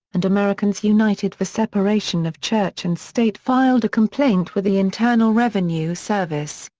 and americans united for separation of church and state filed a complaint with the internal revenue service,